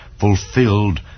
fulfilled